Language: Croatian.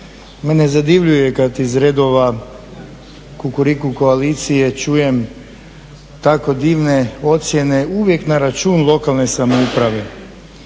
mene zadivljuje kad iz redova Kukuriku koalicije čujem tako divne ocjene uvijek na račun lokalne samouprave.